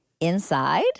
inside